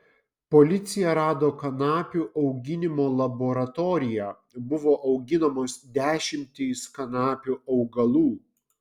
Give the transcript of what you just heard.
policija rado kanapių auginimo laboratoriją buvo auginamos dešimtys kanapių augalų